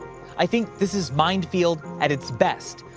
i think this is mind field at its best.